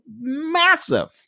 massive